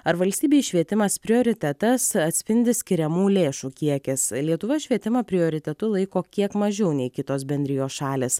ar valstybei švietimas prioritetas atspindi skiriamų lėšų kiekis lietuva švietimą prioritetu laiko kiek mažiau nei kitos bendrijos šalys